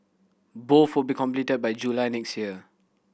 both will be completed by July next year